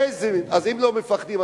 ואם לא מפחדים,